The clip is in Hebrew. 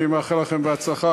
אני מאחל לכם בהצלחה,